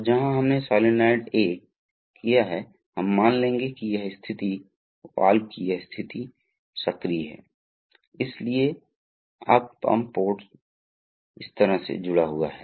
तो यह अतुलनीय चिकनाई है लेकिन दहनशील दहनशील का अर्थ है कि फ्लैशपॉइंट पर विचार किया जाना चाहिए